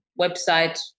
website